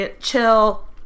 chill